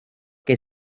que